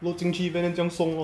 load 进去 van 这样送 lor